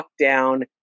lockdown